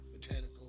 botanical